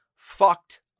Fucked